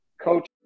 coach